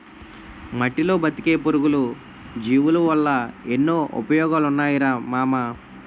మట్టిలో బతికే పురుగులు, జీవులవల్ల ఎన్నో ఉపయోగాలున్నాయిరా మామా